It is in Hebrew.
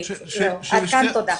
עד כאן, תודה.